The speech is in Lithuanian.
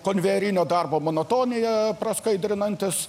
konvejerinio darbo monotonija praskaidrinantys